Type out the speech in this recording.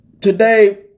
Today